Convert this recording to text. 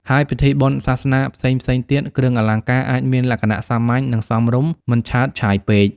ហើយពិធីបុណ្យសាសនាផ្សេងៗទៀត គ្រឿងអលង្ការអាចមានលក្ខណៈសាមញ្ញ និង សមរម្យ មិនឆើតឆាយពេក។